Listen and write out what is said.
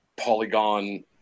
polygon